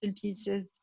pieces